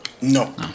No